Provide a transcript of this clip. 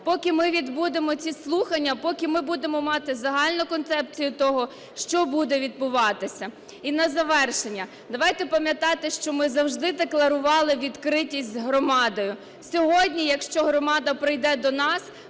поки ми відбудемо ці слухання, поки ми будемо мати загальну концепцію того, що буде відбуватися. І на завершення. Давайте пам'ятати, що ми завжди декларували відкритість з громадою. Сьогодні, якщо громада прийде до нас,